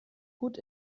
gut